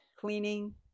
cleaning